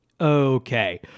Okay